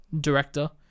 director